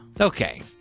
Okay